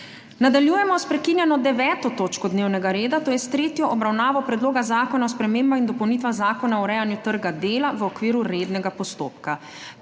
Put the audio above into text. Nadaljujemo sprekinjeno 9. točko dnevnega reda, to je s tretjo obravnavo Predloga zakona o spremembah in dopolnitvah Zakona o urejanju trga dela v okviru rednega postopka.